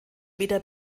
weder